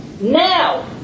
now